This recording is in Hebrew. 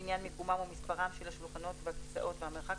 לעניין מיקומם ומספרם של השולחנות והכיסאות והמרחק